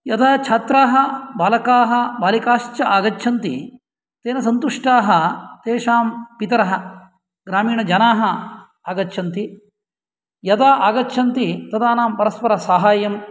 यदा छात्राः बालकाः बालिकाश्च आगच्छन्ति तेन सन्तुष्टाः तेषां पितरः ग्रामीणजनाः आगच्छन्ति यदा आगच्छन्ति तदानीं परस्परसाहाय्यं